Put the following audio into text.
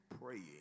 praying